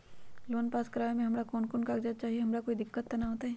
Loan pass करवावे में हमरा कौन कौन कागजात चाही और हमरा कोई दिक्कत त ना होतई?